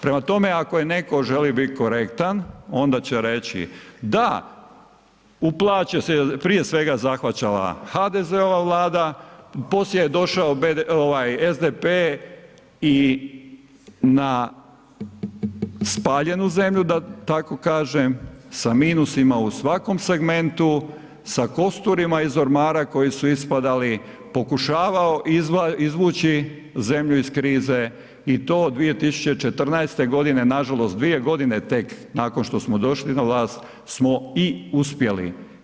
Prema tome, ako je netko želio korektan, onda će reći, da, u plaći je prije svega zahvaćala HDZ-ova Vlada, poslije je došao SDP i na spaljenu zemlju, da tako kažem, sa minusima u svakom segmentu, sa kosturima iz ormara koji su ispadali, pokušavao izvući zemlju iz krize i to 2014. g., nažalost 2 g. tek nakon što došli na vlast smo i uspjeli.